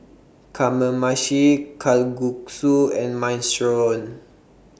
Kamameshi Kalguksu and Minestrone